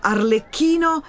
Arlecchino